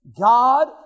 God